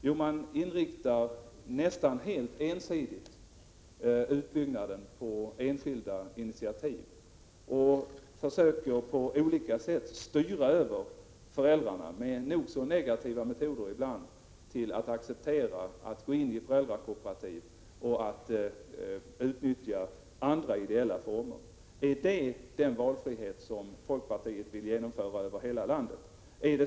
Jo, man inriktar ensidigt utbyggnaden på enskilda initiativ. Man försöker att på olika sätt — ibland med nog så negativa metoder — styra föräldrarna till att acceptera att gå in i föräldrakooperativ och att utnyttja andra ideella former. Är detta den valfrihet som folkpartiet vill genomföra över hela landet?